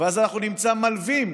ואז אנחנו נמצא מלווים